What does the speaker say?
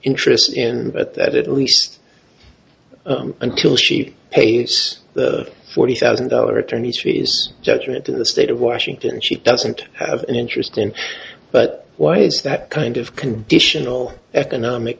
interests and at that at least until she pays the forty thousand dollar attorneys fees judgment to the state of washington she doesn't have an interest in but why is that kind of conditional economic